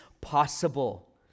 possible